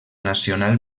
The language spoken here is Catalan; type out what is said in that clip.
nacional